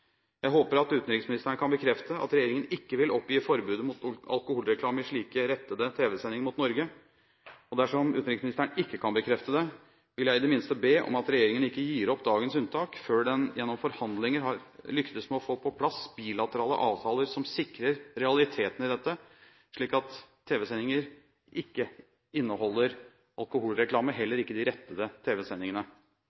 Jeg håper at utenriksministeren kan bekrefte at regjeringen ikke vil oppgi forbudet mot alkoholreklame i slike rettede tv-sendinger mot Norge. Dersom utenriksministeren ikke kan bekrefte det, vil jeg i det minste be om at regjeringen ikke gir opp dagens unntak før den gjennom forhandlinger har lyktes med å få på plass bilaterale avtaler som sikrer realiteten i dette, slik at tv-sendinger ikke inneholder alkoholreklame